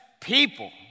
people